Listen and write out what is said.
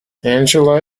angela